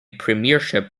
premiership